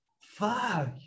fuck